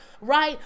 right